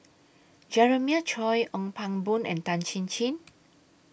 Jeremiah Choy Ong Pang Boon and Tan Chin Chin